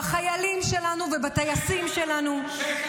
בחיילים שלנו ובטייסים שלנו -- שקר גמור.